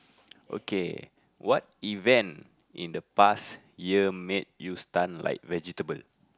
okay what event in the past year made you stun like vegetable